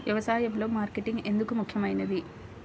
వ్యసాయంలో మార్కెటింగ్ ఎందుకు ముఖ్యమైనది?